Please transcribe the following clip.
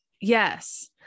Yes